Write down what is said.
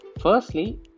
Firstly